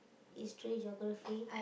history geography